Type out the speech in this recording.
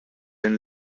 and